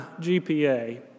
GPA